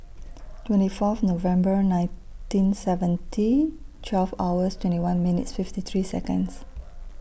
twenty Fourth November nineteen seventy twelve hours twenty one minutes fifty three Seconds